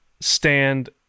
stand